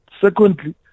Secondly